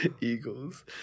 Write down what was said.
Eagles